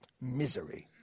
misery